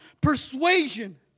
persuasion